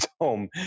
home